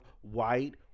white